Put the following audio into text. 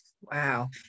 Wow